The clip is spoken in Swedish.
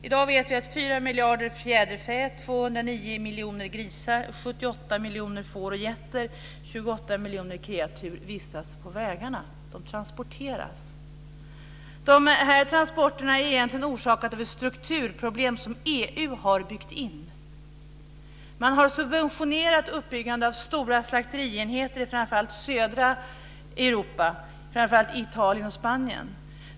I dag vet vi att 4 miljarder fjäderfä, 209 miljoner grisar, 78 miljoner får och getter och 28 miljoner kreatur vistas på vägarna. De transporteras. Dessa transporter är egentligen orsakade av ett strukturproblem som EU har byggt in. Man har subventionerat uppbyggande av stora slakterienheter i framför allt södra Europa, framför allt i Italien och Spanien.